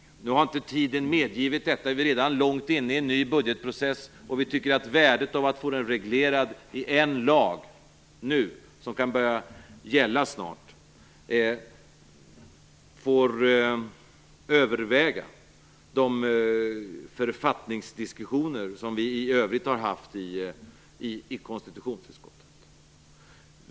Nu har inte tiden medgivit detta. Vi är redan långt inne i en ny budgetprocess, och vi tycker att värdet av att nu få den reglerad i en lag som kan börja gälla snart får överväga de författningsdiskussioner som vi i övrigt har haft i konstitutionsutskottet.